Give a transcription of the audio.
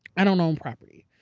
i don't own property.